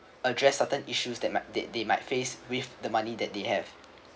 address certain issues that might they might face with the money that they have